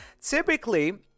typically